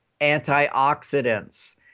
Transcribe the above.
antioxidants